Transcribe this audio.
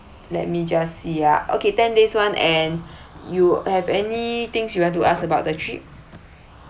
let me just see ah okay ten days [one] and you have any things you want to ask about the trip